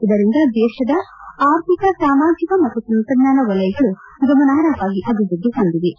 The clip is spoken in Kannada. ಇದರಿಂದ ದೇಶದ ಆರ್ಥಿಕ ಸಾಮಾಜಿಕ ಮತ್ತು ತಂತ್ರಜ್ಞಾನ ವಲಯಗಳು ಗಮನಾರ್ಹವಾಗಿ ಅಭಿವೃದ್ಧಿ ಹೊಂದಿವೆ